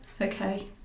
Okay